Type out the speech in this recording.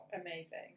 Amazing